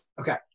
Okay